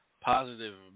positive